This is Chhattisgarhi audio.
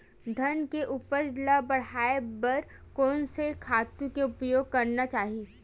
धान के उपज ल बढ़ाये बर कोन से खातु के उपयोग करना चाही?